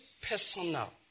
personal